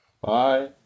Bye